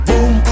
Boom